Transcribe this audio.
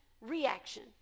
reaction